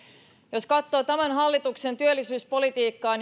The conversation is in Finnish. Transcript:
jos katsoo tämän hallituksen työllisyyspolitiikkaa